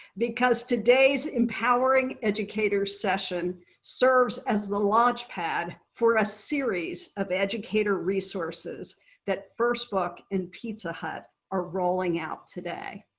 because today's empowering educators session serves as the launch pad for a series of educator resources that first book and pizza hut are rolling out today.